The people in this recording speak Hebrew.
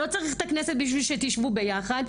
לא צריך את הכנסת בשביל שתשבו ביחד.